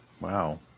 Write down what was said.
Wow